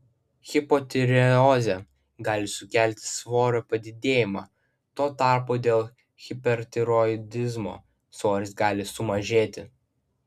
hipotireozė gali sukelti svorio padidėjimą tuo tarpu dėl hipertiroidizmo svoris gali sumažėti